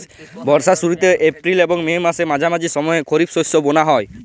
বর্ষার শুরুতে এপ্রিল এবং মে মাসের মাঝামাঝি সময়ে খরিপ শস্য বোনা হয়